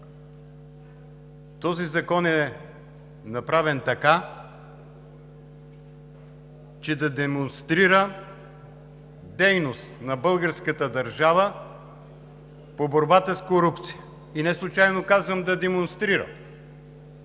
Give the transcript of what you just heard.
Този закон е направен така, че да демонстрира дейност на българската държава в борбата с корупцията. И неслучайно казвам да демонстрира!